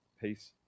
peace